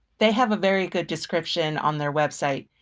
they have a very good description on their website.